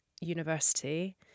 university